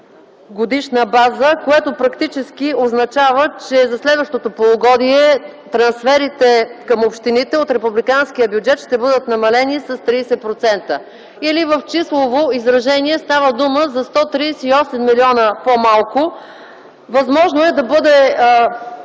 годишна база. Практически то означава, че за следващото полугодие трансферите към общините от републиканския бюджет ще бъдат намалени с 30%. В числово изражение става дума за 138 млн. лв. по-малко. Възможно е да бъде